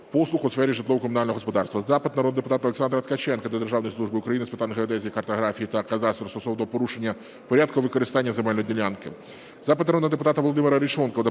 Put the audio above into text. Дякую.